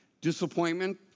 disappointment